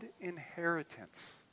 inheritance